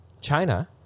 China